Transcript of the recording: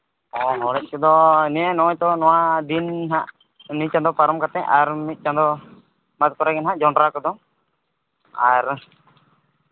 ᱦᱚᱲᱮᱡ ᱠᱚᱫᱚ ᱱᱚᱜᱼᱚᱸᱭ ᱛᱚ ᱱᱚᱣᱟ ᱫᱤᱱ ᱱᱟᱜ ᱱᱤ ᱪᱟᱸᱫᱚ ᱯᱟᱨᱚᱢ ᱠᱟᱛᱮ ᱟᱨ ᱢᱤᱫ ᱪᱟᱸᱫᱚ ᱵᱟᱫ ᱠᱚᱨᱮᱜᱮ ᱱᱟᱜ ᱡᱚᱸᱰᱨᱟ ᱠᱚᱫᱚ ᱟᱨ